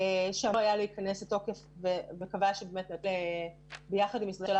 שאמור היה להיכנס לתוקף וביחד עם משרדי